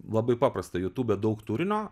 labai paprasta jutube daug turinio